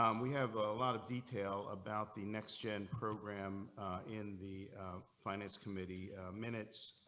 um we have a lot of detail about the next gen program in the finance committee minutes.